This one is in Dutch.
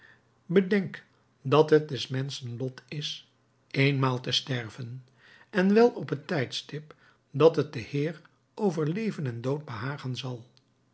bedenk dat het des menschen lot is éénmaal te sterven en wel op het tijdstip dat het den heer over leven en dood behagen zal